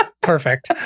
perfect